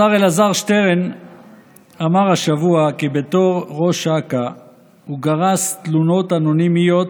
השר אלעזר שטרן אמר השבוע כי בתור ראש אכ"א הוא גרס תלונות אנונימיות